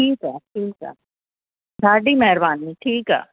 ठीकु आहे ठीकु आहे ॾाढी महिरबानी ठीकु आहे